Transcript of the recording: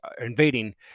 invading